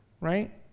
Right